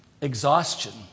exhaustion